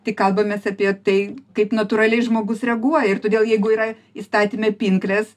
tik kalbamės apie tai kaip natūraliai žmogus reaguoja ir todėl jeigu yra įstatyme pinkles